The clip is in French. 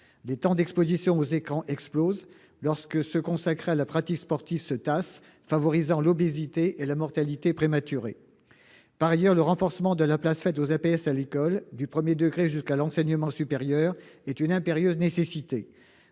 Les temps d'exposition aux écrans explosent lorsque ceux qui sont consacrés à la pratique sportive se tassent. Cela favorise l'obésité et la mortalité prématurée. Par ailleurs, le renforcement de la place faite aux APS à l'école, du premier degré jusqu'à l'enseignement supérieur, est une impérieuse nécessité.